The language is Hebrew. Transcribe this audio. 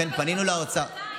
אבל זה המצב שנתיים.